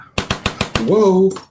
Whoa